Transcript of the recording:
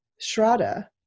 Shraddha